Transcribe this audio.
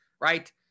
right